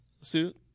suit